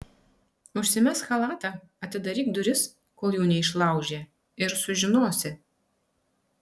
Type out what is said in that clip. užsimesk chalatą atidaryk duris kol jų neišlaužė ir sužinosi